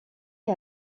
est